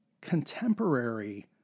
contemporary